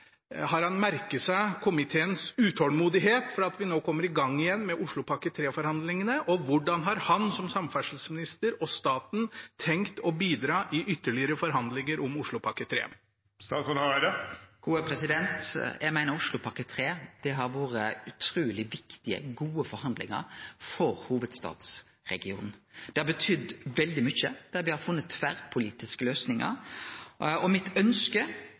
Har han merket seg komiteens utålmodighet etter å komme i gang igjen med Oslopakke 3-forhandlingene, og hvordan har han som samferdselsminister og staten tenkt å bidra i ytterligere forhandlinger om Oslopakke 3? Eg meiner at forhandlingane om Oslopakke 3 har vore utruleg viktige og gode forhandlingar for hovudstadsregionen. Det har betydd veldig mykje. Me har funne tverrpolitiske løysingar, og mitt ønske